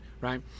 right